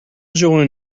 join